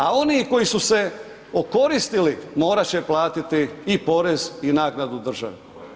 A oni koji su se okoristili, morat će platiti i porez i naknadu državi.